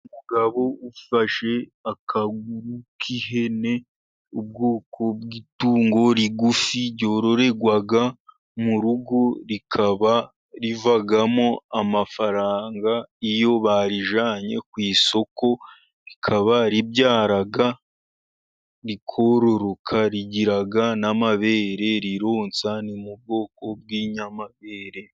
Umugabo ufashe akaguru k'ihene, ubwoko bw'itungo rigufi ryororerwa mu rugo rikaba rivamo amafaranga iyo barijyanye ku isoko, rikaba ribyara rikororoka, rigira n'amabere rironsa, ni mu bwoko bw'inyamabere.